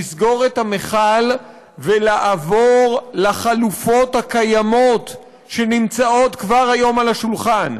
לסגור את המכל ולעבור לחלופות הקיימות שנמצאות כבר היום על השולחן,